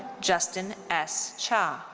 justin s. cha.